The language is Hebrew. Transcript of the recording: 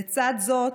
לצד זאת,